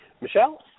Michelle